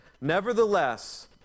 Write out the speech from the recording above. Nevertheless